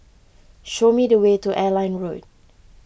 show me the way to Airline Road